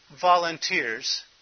volunteers